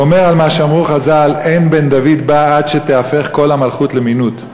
הוא אומר על מה שאמרו חז"ל: "אין בן דוד בא עד שתתהפך כל המלכות למינות"